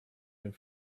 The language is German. den